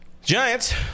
Giants